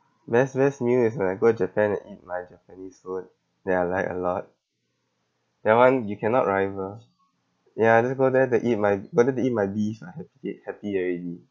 best best meal is like go japan and eat my japanese food that I like a lot that one you cannot rival ya just go there to eat my wanted to eat my beef lah happy thing happy already